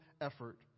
effort